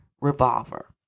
revolver